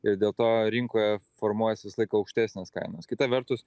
ir dėl to rinkoje formuojasi visąlaik aukštesnės kainos kita vertus